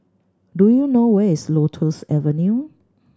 do you know where is Lotus Avenue